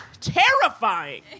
Terrifying